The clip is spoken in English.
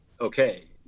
okay